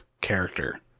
character